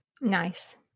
Nice